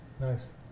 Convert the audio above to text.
Nice